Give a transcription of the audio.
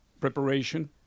preparation